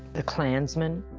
the clansman.